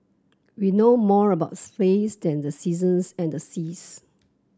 we know more about space than the seasons and seas